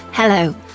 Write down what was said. Hello